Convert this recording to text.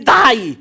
die